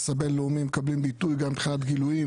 הבינלאומיים מקבלים ביטוי גם מבחינת גילויים,